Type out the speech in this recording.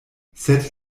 sed